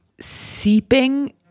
seeping